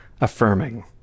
affirming